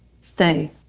stay